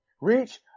Reach